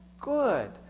good